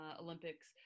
Olympics